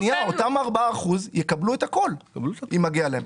הוא יקבל, אותם 4% יקבלו את הכול אם מגיע להם.